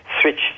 switch